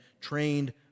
trained